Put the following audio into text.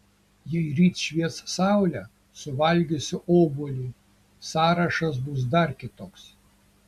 jei ryt švies saulė suvalgysiu obuolį sąrašas bus dar kitoks